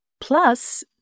Plus